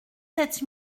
sept